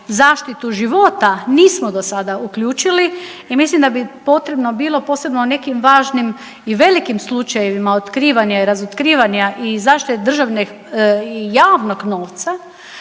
zaštitu života nismo do sada uključili i mislim da bi potrebno bilo, posebno nekim važnim i velikim slučajevima otkrivanja i razotkrivanja i zaštite državnog i javnog novca,